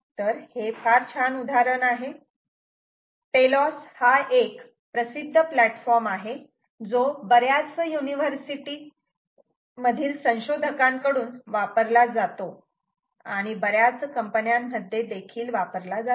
तर हे फार छान उदाहरण आहे टेलोस हा एक प्रसिद्ध प्लॅटफॉर्म आहे जो बऱ्याच युनिव्हर्सिटी मधील संशोधकांकडून वापरला जातो आणि बर्याच कंपन्यांमध्ये देखील वापरला जातो